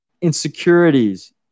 insecurities